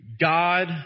God